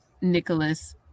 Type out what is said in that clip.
Nicholas